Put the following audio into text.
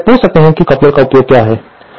अब आप मुझसे पूछ सकते हैं कि कपलर का उपयोग क्या है